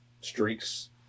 streaks